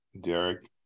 Derek